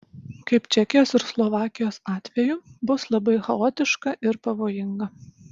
kaip čekijos ir slovakijos atveju bus labai chaotiška ir pavojinga